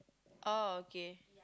oh okay